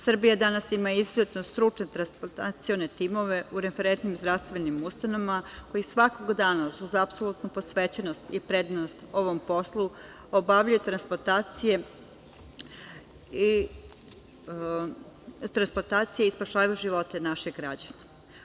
Srbija danas ima izuzetno stručne transplantacione timove u referentnim zdravstvenim ustanovama koji svakog dana uz apsolutnu posvećenost i predanost ovom poslu obavljaju transplantacije i spašavaju živote naših građana.